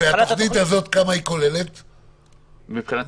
התוכנית הזאת כמה היא כוללת תקציבית?